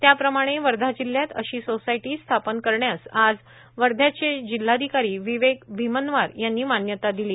त्याप्रमाणे जिल्ह्यात अशी सोसायटी स्थापन करण्यास आज वर्ध्याचे जिल्हाधिकारी विवेक भिमनवार यांनी मान्यता दिली आहे